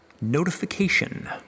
notification